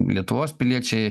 lietuvos piliečiai